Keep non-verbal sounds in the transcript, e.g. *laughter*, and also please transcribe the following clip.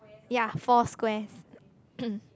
ya four squares *noise*